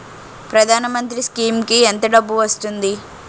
ప్రధాన మంత్రి స్కీమ్స్ కీ ఎంత డబ్బు వస్తుంది?